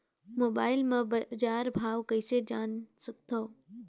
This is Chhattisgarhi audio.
मोबाइल म बजार भाव कइसे जान सकथव?